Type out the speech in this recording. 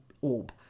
orb